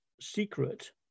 secret